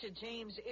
James